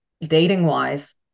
dating-wise